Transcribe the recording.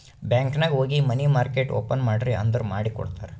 bank ನಾಗ್ ಹೋಗಿ money market open ಮಾಡ್ರಿ ಅಂದುರ್ ಮಾಡಿ ಕೊಡ್ತಾರ್